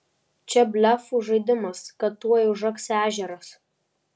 čia blefų žaidimas kad tuoj užaks ežeras